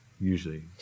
usually